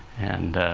and